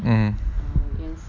mm